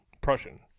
prussian